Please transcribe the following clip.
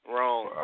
Wrong